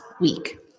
week